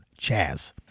chaz